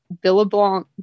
billabong